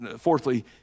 fourthly